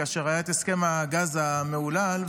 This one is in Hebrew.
כאשר היה הסכם הגז המהולל,